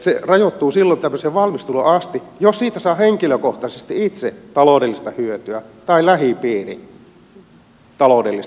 se rajoittuu silloin tämmöiseen valmisteluun asti jos siitä saa henkilökohtaisesti itse taloudellista hyötyä tai lähipiiri saa taloudellista hyötyä